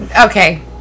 Okay